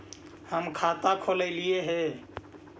हम खाता खोलैलिये हे?